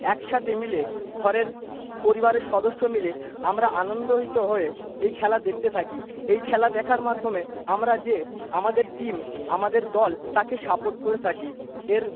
একসাথে মিলে ঘরের পরিবারের সদস্য মিলে আমরা আনন্দহিত হয়ে এই খেলা দেখতে থাকি এই খেলা দেখার মাধ্যমে আমারা যে আমাদের টিম আমাদের দল তাকে সাপোর্ট করে থাকি এর